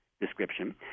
description